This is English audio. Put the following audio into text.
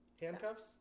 handcuffs